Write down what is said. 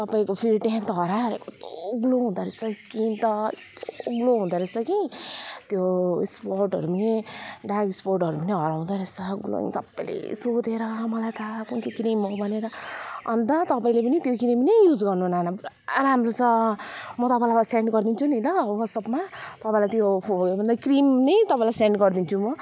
तपाईँको फेरि टेन्ट त हरायो हरायो कस्तो ग्लो हुँदो रहेछ स्किन त एकदम ग्लो हुँदो रहेछ कि त्यो स्पटहरू पनि दाग स्पटहरू पनि हराउँदो रहेछ ग्लोइङ सबैले सोधेर मलाई त कुन चाहिँ क्रिम हो भनेर अन्त तपाईँले पनि त्यो क्रिम नै युज गर्नु नाना पुरा राम्रो छ म तपाईँलाई सेन्ड गरिदिन्छु नि ल व्हाट्सएपमा तपाईँलाई त्यो फो भन्दा क्रिम नै तपाईँलाई सेन्ड गरिदिन्छु म